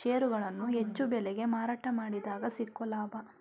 ಷೇರುಗಳನ್ನು ಹೆಚ್ಚು ಬೆಲೆಗೆ ಮಾರಾಟ ಮಾಡಿದಗ ಸಿಕ್ಕೊ ಲಾಭ